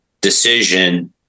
decision